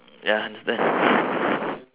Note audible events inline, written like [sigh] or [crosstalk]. ya understand [laughs]